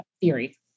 theory